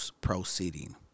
proceeding